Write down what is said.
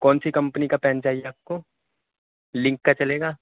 کون سی کمپنی کا پین چاہیے آپ کو لنک کا چلے گا